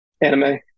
Anime